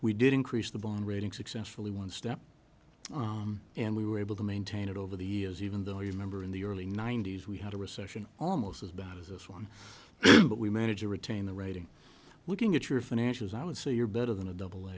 we did increase the bond rating successfully one step and we were able to maintain it over the years even though you remember in the early ninety's we had a recession almost as bad as this one but we managed to retain the rating looking at your financials i would say you're better than a double